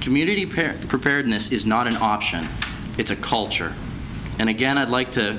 community parent preparedness is not an option it's a culture and again i'd like to